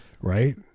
Right